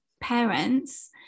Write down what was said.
parents